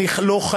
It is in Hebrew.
אני לא אומר,